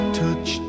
touch